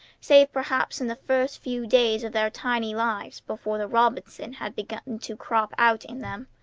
save perhaps in the first few days of their tiny lives before the robinson had begun to crop out in them.